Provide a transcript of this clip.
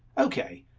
ok,